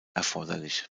erforderlich